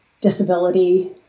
disability